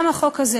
גם החוק הזה,